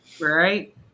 Right